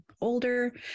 older